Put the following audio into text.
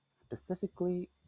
specifically